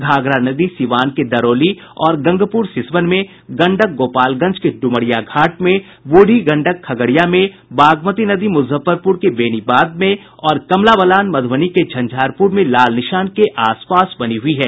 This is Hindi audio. घाघरा नदी सिवान के दरौली और गंगपुर सिसवन में गंडक गोपालगंज के डुमरिया घाट बूढी गंडक खगडिया में बागमती नदी मुजफ्फरपुर के बेनीबाद में और कमलाबलान मधुबनी के झंझारपुर में लाल निशान के पास बनी हुयी है